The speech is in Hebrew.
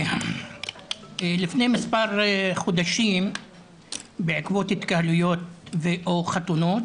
לפני מספר חודשים בעקבות התקהלויות ו/או חתונות